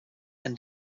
and